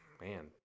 Man